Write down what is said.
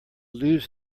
lose